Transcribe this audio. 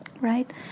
right